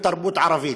ותרבות ערבית,